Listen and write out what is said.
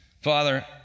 Father